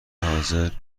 حاضر